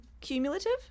cumulative